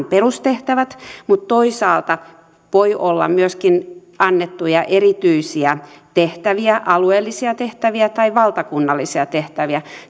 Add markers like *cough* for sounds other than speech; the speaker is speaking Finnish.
*unintelligible* perustehtävät mutta toisaalta voi olla myöskin annettuja erityisiä tehtäviä alueellisia tehtäviä tai valtakunnallisia tehtäviä